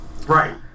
Right